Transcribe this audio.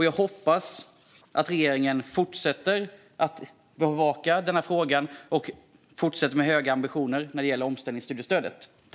Jag hoppas att regeringen fortsätter att bevaka denna fråga och fortsätter att ha höga ambitioner när det gäller omställningsstudiestödet.